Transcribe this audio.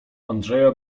andrzeja